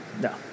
No